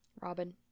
Robin